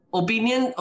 opinion